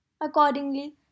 Accordingly